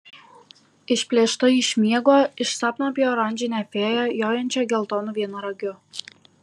išplėšta iš miego iš sapno apie oranžinę fėją jojančią geltonu vienaragiu